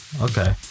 okay